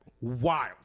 wild